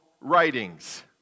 writings